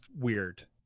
weird